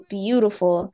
beautiful